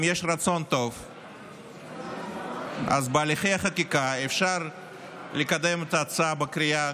אם יש רצון טוב אז בהליכי החקיקה אפשר לקדם את ההצעה בקריאה